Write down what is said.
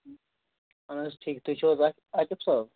اَہَن حظ ٹھیٖک تُہۍ چھِوا حظ آ عاقِب صٲب